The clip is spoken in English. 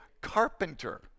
carpenter